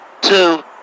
two